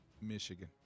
michigan